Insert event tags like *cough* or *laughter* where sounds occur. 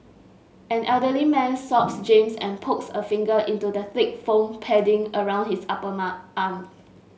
an elderly man stops James and pokes a finger into the thick foam padding around his upper *unintelligible* arm